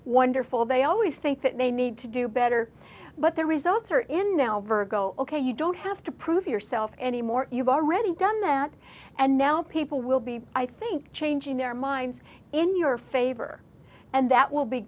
wonderful they always think that they need to do better but the results are in now virgo ok you don't have to prove yourself anymore you've already done that and now people will be i think changing their minds in your favor and that will be